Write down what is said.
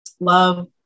love